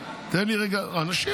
איזה אנשים?